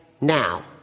now